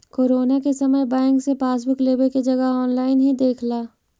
corona के समय bank से पासबुक लेवे के जगह ऑनलाइन ही देख ला